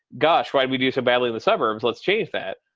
gosh, why did we do so badly in the suburbs? let's chase that.